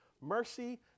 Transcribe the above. mercy